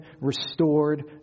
restored